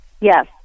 Yes